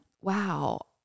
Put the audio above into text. wow